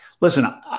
listen